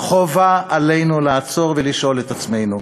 חובה עלינו לעצור ולשאול את עצמנו,